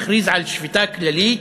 מכריז על שביתה כללית,